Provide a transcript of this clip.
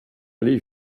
aller